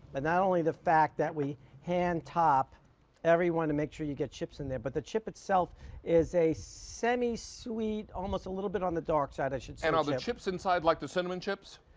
and not only the fact that we hand-top every one to make sure you get chips in there, but the chip itself is a semi sweet, almost a little bit on the dark side. are and the and chips inside like the cinnamon chips,